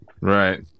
Right